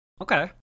Okay